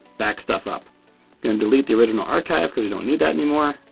back stuff up and delete the original archive because you don't need that anymore.